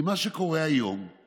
כי מה שקורה היום הוא